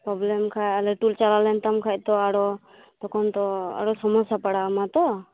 problem ᱠᱷᱟᱡ ᱟᱨᱚ ᱞᱟ ᱴᱩ ᱪᱟᱞᱟᱣ ᱞᱮᱱ ᱠᱷᱟᱡ ᱛᱚ ᱟᱨᱚ ᱛᱚᱠᱷᱚᱱ ᱛᱚ ᱟᱨᱚ ᱥᱚᱢᱚᱥᱥᱭᱟ ᱯᱟᱲᱟᱣᱟᱢᱟ ᱛᱚ